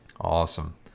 Awesome